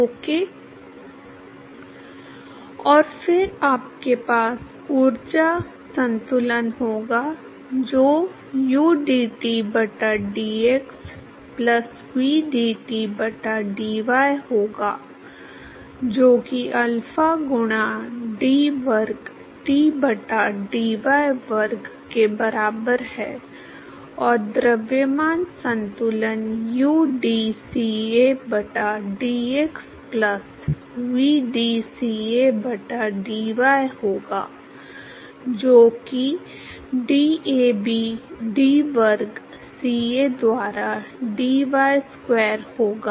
okay और फिर आपके पास ऊर्जा संतुलन होगा जो udT बटा dx प्लस vdT बटा dy होगा जो कि अल्फा गुणा d वर्ग T बटा dy वर्ग के बराबर है और द्रव्यमान संतुलन udCA बटा dx प्लस vdCA बटा dy होगा जो कि DAB d वर्ग CA द्वारा dy स्क्वायर होगा